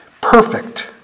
Perfect